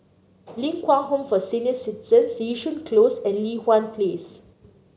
Ling Kwang Home for Senior Citizens Yishun Close and Li Hwan Place